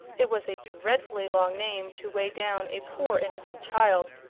it was a dreadfully long name to weigh down a poor innocent child,